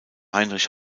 heinrich